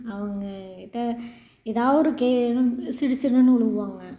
அவங்ககிட்ட ஏதாவொரு சிடுசிடுன்னு உழுகுவாங்க